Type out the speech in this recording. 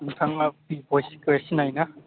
नोंथाङा बि बयसखौ सिनायोना